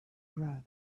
red